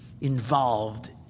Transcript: involved